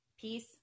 Peace